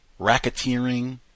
racketeering